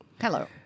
Hello